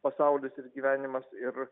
pasaulis ir gyvenimas ir